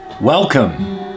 welcome